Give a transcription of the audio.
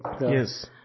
Yes